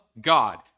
God